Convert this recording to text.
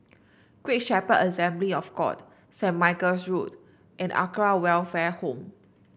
Great Shepherd Assembly of God Saint Michael's Road and Acacia Welfare Home